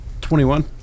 21